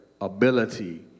ability